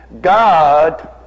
God